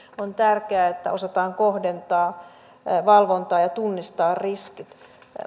on tärkeää että osataan kohdentaa valvontaa ja tunnistaa riskit